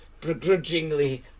begrudgingly